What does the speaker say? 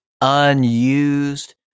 unused